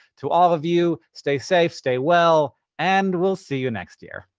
to all of you, stay safe, stay well, and we'll see you next year.